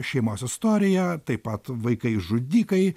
šeimos istorija taip pat vaikai žudikai